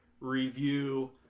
review